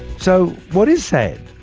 so what is sand?